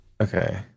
Okay